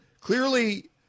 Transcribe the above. Clearly